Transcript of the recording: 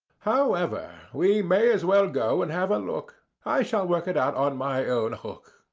however, we may as well go and have a look. i shall work it out on my own hook.